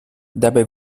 dabei